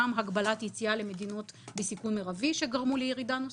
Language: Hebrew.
גם הגבלת היציאה למדינות בסיכון מרבי שגרמו לירידה נוספת,